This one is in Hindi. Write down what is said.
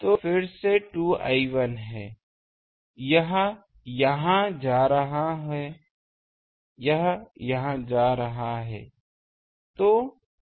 तो यह फिर से 2 I1 है यह यहां जा रहा है यह यहां जा रहा है